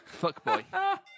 Fuckboy